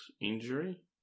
injury